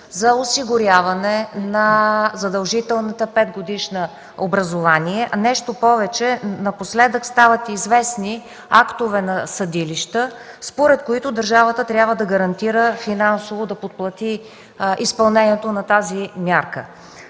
за осигуряване на задължителното образование на петгодишните. Нещо повече, напоследък стават известни актове на съдилища, според които държавата трябва да гарантира и финансово да подплати изпълнението на тази мярка.